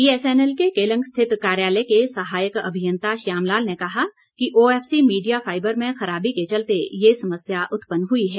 BSNL के केलंग स्थित कार्यालय के सहायक अभियंता श्यामलाल ने कहा कि ओएफसी मीडिया फाइबर में खराबी के चलते ये समस्या उत्पन्न हुई है